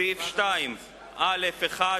בסעיף 2א(1)